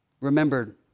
Remember